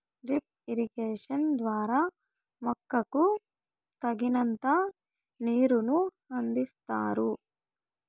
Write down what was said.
drip irrigation ద్వారా మొక్కకు తగినంత నీరును అందిస్తారు